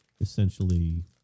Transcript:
essentially